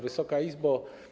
Wysoka Izbo!